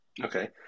Okay